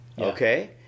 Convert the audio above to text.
Okay